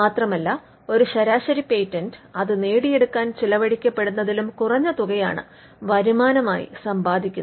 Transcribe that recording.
മാത്രമല്ല ഒരു ശരാശരി പേറ്റന്റ് അത് നേടിയെടുക്കാൻ ചിലവഴിക്കപ്പെടുന്നതിലും കുറഞ്ഞ തുകയാണ് വരുമാനമായി സമ്പാദിക്കുന്നത്